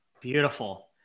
Beautiful